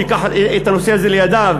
ייקח את הנושא הזה לידיו: